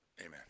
Amen